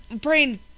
Brain